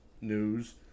news